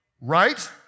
right